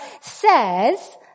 says